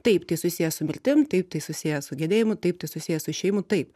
taip tai susiję su mirtim taip tai susiję su gedėjimu taip tai susiję su išėjimu taip